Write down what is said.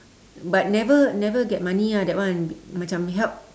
but never never get money ah that one macam help